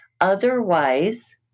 Otherwise